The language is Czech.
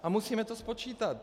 A musíme to spočítat.